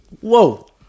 whoa